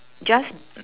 just